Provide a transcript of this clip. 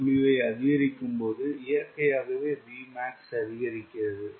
TW ஐ அதிகரிக்கும் போது இயற்கையாகவே Vmax அதிகரிக்கிறது